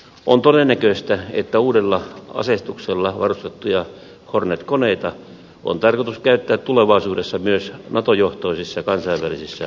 on todennäköistä että uudella aseistuksella varustettuja hornet koneita on tarkoitus käyttää tulevaisuudessa myös nato johtoisissa kansainvälisissä operaatioissa